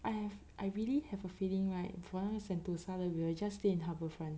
I have I really have a feeling right for the Sentosa 的 we will just stay in Harbourfront